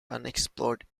unexplored